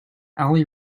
ali